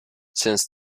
since